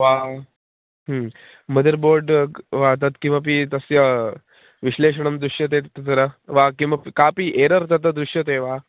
हा मदर्बोर्ड् वा तत् किमपि तस्य विश्लेषणं दृश्यते तत्र वा किमपि कापि एरर् तत्र दृश्यते वा